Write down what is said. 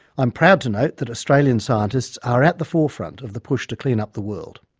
i am proud to note that australian scientists are at the forefront of the push to clean up the world.